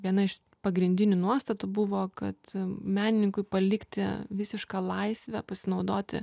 viena iš pagrindinių nuostatų buvo kad menininkui palikti visišką laisvę pasinaudoti